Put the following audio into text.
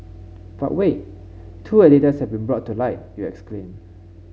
but wait two editors have been brought to light you exclaim